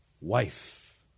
Wife